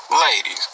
ladies